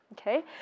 Okay